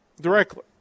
directly